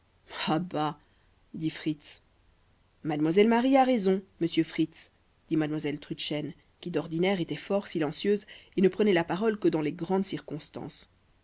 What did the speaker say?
dit fritz mademoiselle marie a raison monsieur fritz dit mademoiselle trudchen qui d'ordinaire était fort silencieuse et ne prenait la parole que dans les grandes circonstances